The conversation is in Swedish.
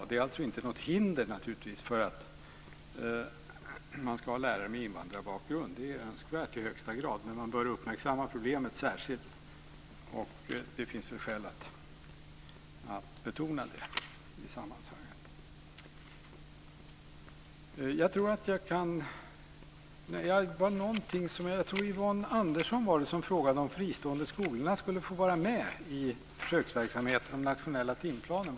Det är naturligtvis inte något hinder för att man ska ha lärare med invandrarbakgrund. Det är önskvärt i högsta grad, men man bör uppmärksamma problemet särskilt. Det finns väl skäl att betona detta i sammanhanget. Yvonne Andersson frågade om de fristående skolorna skulle få vara med i försöksverksamheten med den nationella timplanen.